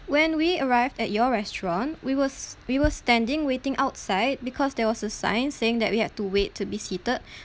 when we arrived at your restaurant we were s~ we were standing waiting outside because there was a sign saying that we had to wait to be seated